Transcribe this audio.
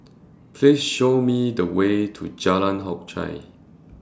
Please Show Me The Way to Jalan Hock Chye